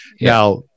now